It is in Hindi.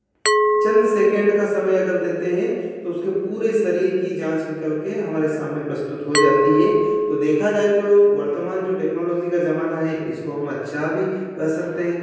चंद सेकेंड का समय अगर देते हैं तो उसके पूरे शरीर की जाँच निकल कर हमारे सामने प्रस्तुत हो जाती है तो देखा जाए तो वर्तमान जो टेक्नोलोज़ी का ज़माना है इसको हम अच्छा भी कह सकते हैं